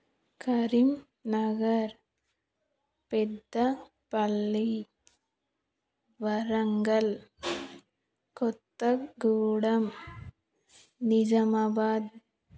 Karimnagar Peddapalli Warangal Kothagudem Nizamabad